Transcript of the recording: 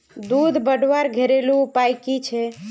दूध बढ़वार घरेलू उपाय की छे?